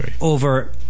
over